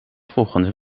volgende